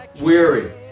weary